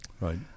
Right